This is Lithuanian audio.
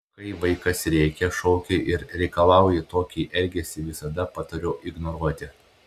kai vaikas rėkia šaukia ir reikalauja tokį elgesį visada patariu ignoruoti